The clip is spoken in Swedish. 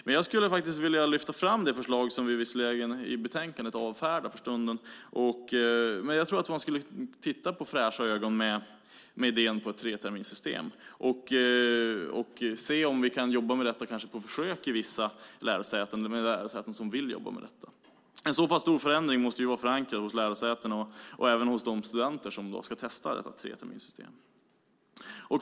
Här skulle jag vilja lyfta fram det förslag vi i betänkandet visserligen avfärdar för stunden. Jag tror att man skulle kunna titta på idén om ett treterminssystem med fräscha ögon och se om vi kanske kan jobba med detta på försök i de lärosäten som vill. En så pass stor förändring måste dock vara förankrad hos lärosätena och även hos de studenter som ska testa detta treterminssystem.